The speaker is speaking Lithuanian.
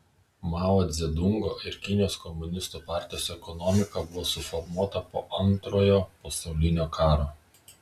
mao dzedungo ir kinijos komunistų partijos ekonomika buvo suformuota po antrojo pasaulinio karo